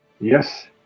Yes